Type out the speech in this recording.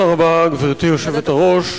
גברתי היושבת-ראש,